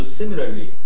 similarly